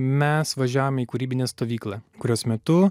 mes važiavome į kūrybinę stovyklą kurios metu